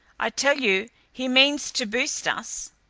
i tell you he means to boost us.